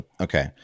Okay